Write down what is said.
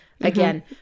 Again